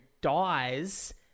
dies